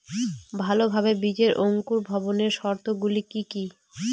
ভালোভাবে বীজের অঙ্কুর ভবনের শর্ত গুলি কি কি?